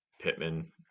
Pittman